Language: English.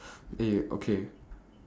eh okay